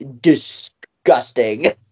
disgusting